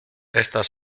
estas